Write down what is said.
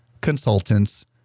consultants